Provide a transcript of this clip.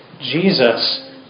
Jesus